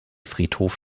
friedhof